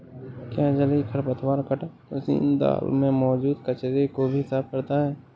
क्या जलीय खरपतवार कटाई मशीन जल में मौजूद कचरे को भी साफ करता है?